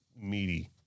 meaty